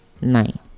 nine